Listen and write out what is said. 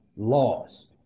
lost